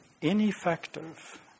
ineffective